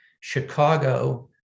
Chicago